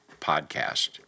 podcast